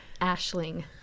ashling